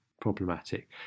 problematic